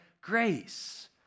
grace